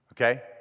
Okay